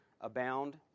abound